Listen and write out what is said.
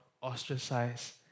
ostracized